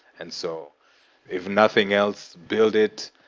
and so if nothing else, build it,